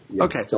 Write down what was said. Okay